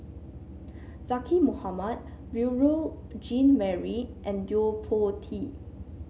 Zaqy Mohamad Beurel Jean Marie and Yo Po Tee